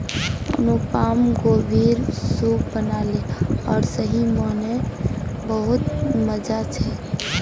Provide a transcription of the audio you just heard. अनुपमा गोभीर सूप बनाले आर सही म न बहुत मजा छेक